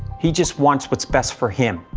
he just wants what's best for him,